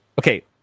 okay